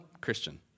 Christian